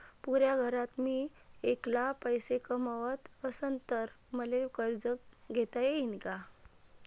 पुऱ्या घरात मी ऐकला पैसे कमवत असन तर मले कर्ज घेता येईन का?